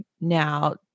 now